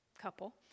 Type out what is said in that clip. couple